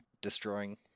destroying